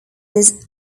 his